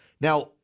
Now